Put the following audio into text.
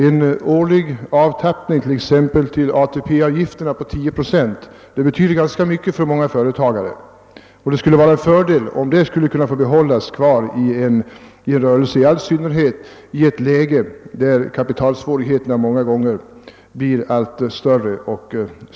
En årlig avtappning på 10 procent till exempelvis ATP betyder ganska mycket för många företagare och det skulle vara en fördel om beloppet finge be hållas i rörelsen, i all synnerhet i ett läge då kapitalsvårigheterna blir allt större.